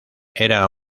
era